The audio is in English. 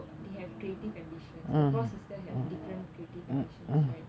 they have creative ambitions the four sisters have different creative ambitions right